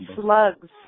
Slugs